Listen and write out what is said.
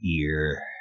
ear